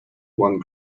one